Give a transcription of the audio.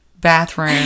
bathroom